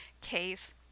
case